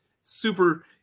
super